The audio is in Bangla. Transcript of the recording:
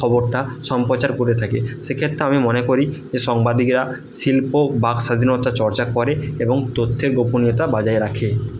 খবরটা সম্প্রচার করে থাকে সেক্ষেত্রে আমি মনে করি যে সাংবাদিকরা শিল্প বাক স্বাধীনতা চর্চা করে এবং তথ্যের গোপনীয়তা বজায় রাখে